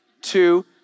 two